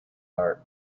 are